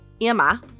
Emma